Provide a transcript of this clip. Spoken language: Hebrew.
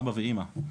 אבא ואמא.